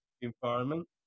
environment